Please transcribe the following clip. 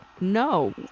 no